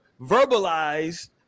verbalized